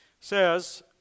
says